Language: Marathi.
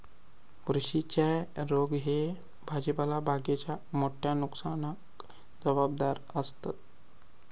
बुरशीच्ये रोग ह्ये भाजीपाला बागेच्या मोठ्या नुकसानाक जबाबदार आसत